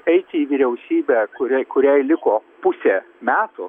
eiti į vyriausybę kuriai kuriai liko pusė metų